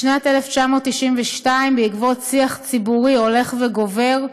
בשנת 1992, בעקבות שיח ציבורי הולך וגובר,